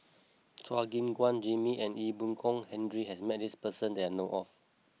Chua Gim Guan Jimmy and Ee Boon Kong Henry has met this person that I know of